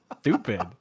Stupid